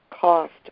cost